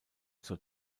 zur